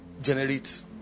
generates